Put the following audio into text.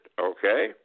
okay